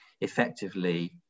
effectively